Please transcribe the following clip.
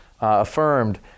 affirmed